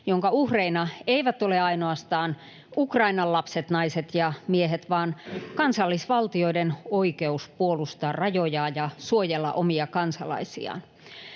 jonka uhreina eivät ole ainoastaan Ukrainan lapset, naiset ja miehet vaan kansallisvaltioiden oikeus puolustaa rajojaan ja suojella omia kansalaisiaan.